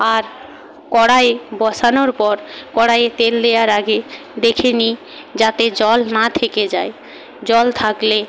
আর কড়াই বসানোর পর কড়াইয়ে তেল দেওয়ার আগে দেখে নিই যাতে জল না থেকে যায় জল থাকলে